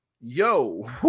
yo